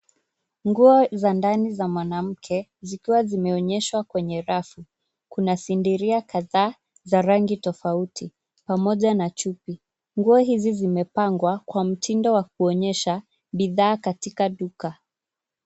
Nguo za ndani za mwanamke zikiwa zimeonyeshwa kwenye rafu. Kuna sindiria kadhaa za rangi tofauti pamoja na chupi. Nguo hizi zimepangwa kwa mtindo wa kuonyesha bidhaa katika duka.